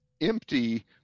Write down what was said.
empty